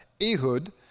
Ehud